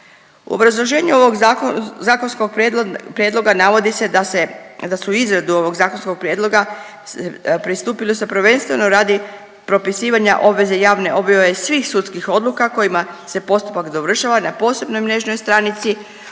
U obrazloženju ovog zakonskog prijedloga navodi se da se, da su u izradu ovog zakonskog prijedloga pristupili su prvenstveno radi propisivanje javne objave svih sudskih odluka kojima se postupak dovršava na posebnoj mrežnoj stranci